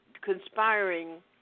conspiring